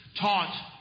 taught